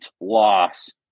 loss